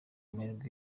amahirwe